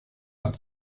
lag